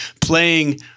playing